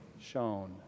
shown